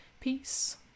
Peace